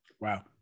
Wow